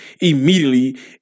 immediately